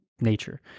nature